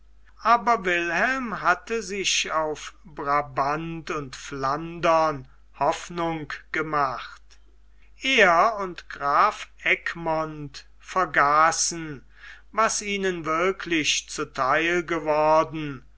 aber wilhelm hatte sich auf brabant und flandern hoffnung gemacht er und graf egmont vergaßen was ihnen wirklich zu theil geworden